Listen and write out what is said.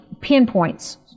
pinpoints